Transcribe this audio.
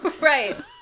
Right